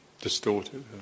distorted